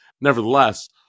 nevertheless